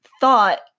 thought